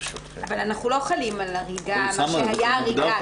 אבל אנחנו לא חלים על מה שהיה הריגה,